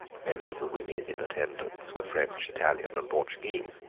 many of the women in attendance were french, italian, and portuguese.